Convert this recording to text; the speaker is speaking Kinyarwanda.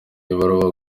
ibaruwa